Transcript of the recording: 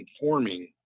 informing